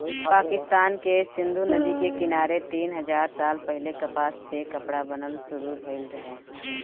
पाकिस्तान के सिंधु नदी के किनारे तीन हजार साल पहिले कपास से कपड़ा बनल शुरू भइल रहे